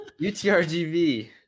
UTRGV